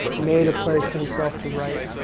made a place for himself to write,